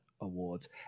awards